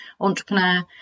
entrepreneur